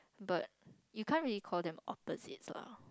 but you can't really call them opposite lah